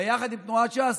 ביחד עם תנועת ש"ס,